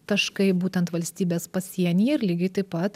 taškai būtent valstybės pasienyje ir lygiai taip pat